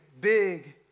big